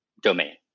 domain